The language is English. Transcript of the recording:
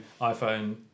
iPhone